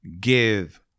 give